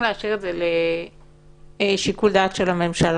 להשאיר את זה לשיקול דעת של הממשלה.